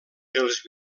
els